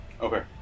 Okay